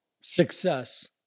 success